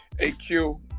AQ